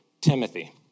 Timothy